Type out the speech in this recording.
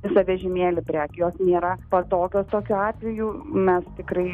visą vežimėlį prekių jos nėra patogios tokiu atveju mes tikrai